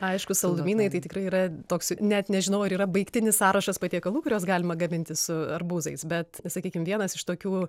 aišku saldumynai tai tikrai yra toks net nežinau ar yra baigtinis sąrašas patiekalų kuriuos galima gaminti su arbūzais bet sakykim vienas iš tokių